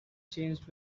changed